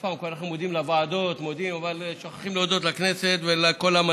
פרטית שאינם עומדים לשימוש כלל